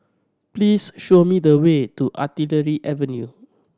please show me the way to Artillery Avenue